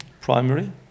primary